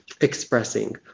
expressing